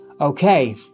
Okay